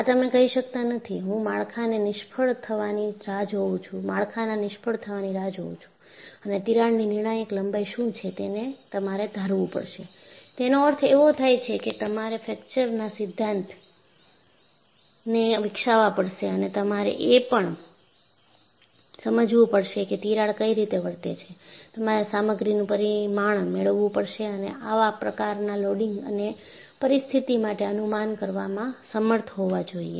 આ તમે કહી શકતા નથી હું માળખાને નિષ્ફળ થવાની રાહ જોવું છું અને તિરાડની નિર્ણાયક લંબાઈ શું છે તેને તમારે ધારવું પડશે તેનો અર્થ એવો થાય છે કે તમારે ફ્રેક્ચરના સિધ્ધાંતને વિકસાવવા પડશે અને તમારે એ પણ સમજવું પડશે કે તિરાડ કઈ રીતે વર્તે છે તમારે સામગ્રીનું પરિમાણ મેળવવું પડશે અને આવા પ્રકારના લોડિંગ અને પરિસ્થિતિ માટે અનુમાન કરવામાં સમર્થ હોવા જોઈએ